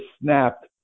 snapped